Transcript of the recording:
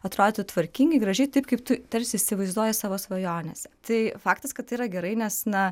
atrodytų tvarkingai gražiai taip kaip tu tarsi įsivaizduoji savo svajonėse tai faktas kad tai yra gerai nes na